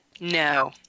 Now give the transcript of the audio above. No